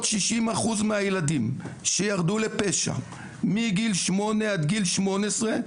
60 אחוז מהילדים שירדו לפשע מגיל שמונה עד גיל 18,